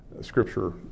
Scripture